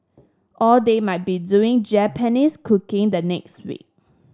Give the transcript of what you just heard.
or they might be doing Japanese cooking the next week